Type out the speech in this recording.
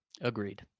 Agreed